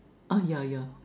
ah yeah yeah